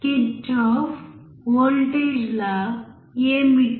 Kirchhoff voltage law ఏమిటి